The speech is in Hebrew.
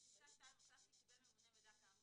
הכול